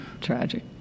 tragic